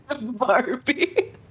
Barbie